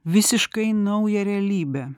visiškai naują realybę